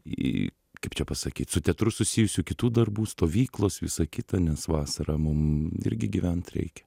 į kaip čia pasakyt su teatru susijusių kitų darbų stovyklos visa kita nes vasarą mum irgi gyvent reikia